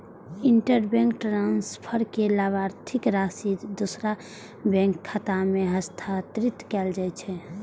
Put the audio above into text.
interbank transfer मे लाभार्थीक राशि दोसर बैंकक खाता मे हस्तांतरित कैल जाइ छै